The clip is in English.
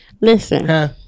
Listen